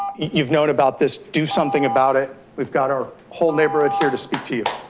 you've known about this, do something about it, we've got our whole neighborhood here to speak to you.